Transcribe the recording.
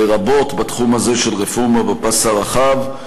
לרבות בתחום הזה של רפורמה בפס הרחב.